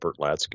Bertlatsky